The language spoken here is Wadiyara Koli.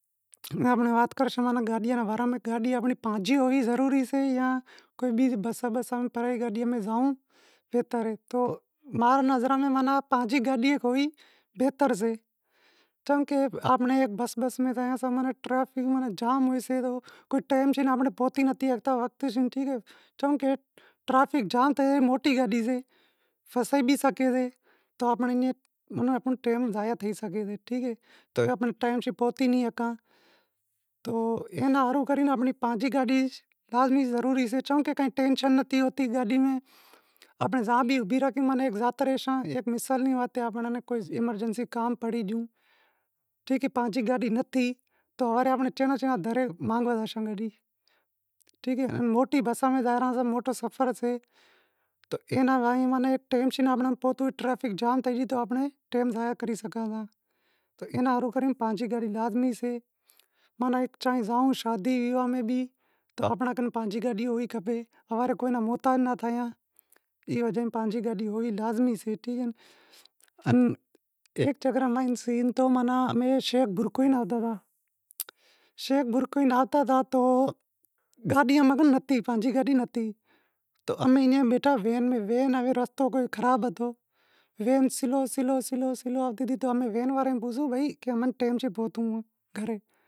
اے آپیں وات کرشاں گاڈیاں رے باراں میں کہ گاڈی اماری پانجی ہونڑ ضروری سے یا بیزی بساں بساں گاڈیاں ماں زائونڑ بہتر سے، ماں رے نظراں ماں پانجی گاڈی بہتر سے، چمکہ آپیں بس بس میں زایاساں تو ٹریفک زام ہوئیسے تو ٹیمم سیں ناں آپیں پہتی نتھی شگھتا چمکہ ٹریفک جام تھے تو موٹی گاڈی پھسے بھی شگے تی تو آنپڑو ٹیم ضایع تھئی شگے تو آپیں ٹیم سیں پوہتی نھ ہگاں، تو اینا ہاروں آنپڑی پانجی گاڈی لازمی ضروری سے چمکہ کائیں ٹینشن نیں ہوتی، آپیں زاں بھی زاتا راہساں، ایک مثال ری وات اے کہ کو ایمرجنسی کام پڑی گیو اگر پانجی گاڈی نہ تھی تو ہوارے موٹی بساں ماں زاساں موٹو سفر سے تو اینا ٹریفک جام تھئی گئی تو ٹیم ضایع کرے سگھاں تا اینا ہاروں پانجی گاڈی لازمی سے، اگر جائوں شادی ویواہ میں آپنڑے کن پانجی گاڈی ہونڑ کھپے، ہوارے کے رو محتاج نھ تھیواں، ای کرے پانجی گاڈی ہونڑ لازمی سے، ٹھیک اے ان ایک چکر سندھ میں ماناں شیخ بھرکیو آوی رہیا تو شیخ بھرکیو ماں آوتا زاں تو ام کن پانجی گاڈی نتھی، تو امیں ایئں بیٹھا وین ماں، رستو خراب ہتو وین سلو سلو سلو آوتی تو امیں وین واڑے ناں پوسیو کہ بھئی امیں ٹیم سیں پہتنڑو اہے۔